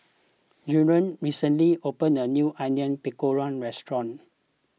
Jarrell recently opened a new Onion Pakora restaurant